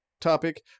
topic